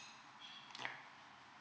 ya